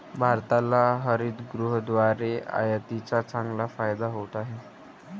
भारताला हरितगृहाद्वारे आयातीचा चांगला फायदा होत आहे